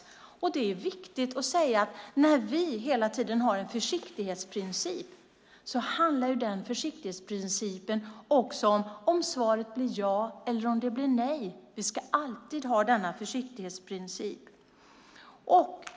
Det är dessutom viktigt att säga att när vi hela tiden har en försiktighetsprincip så handlar den försiktighetsprincipen också om huruvida svaret är ja eller om det blir nej. Vi ska alltid ha denna försiktighetsprincip.